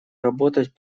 работать